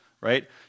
right